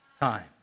Time